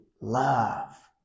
love